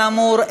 כאמור,